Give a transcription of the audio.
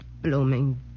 blooming